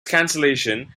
cancellation